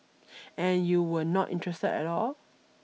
and you were not interested at all